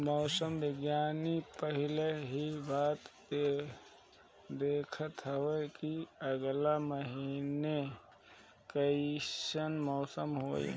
मौसम विज्ञानी पहिले ही बता देत हवे की आगिला दिने कइसन मौसम होई